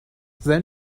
ضمن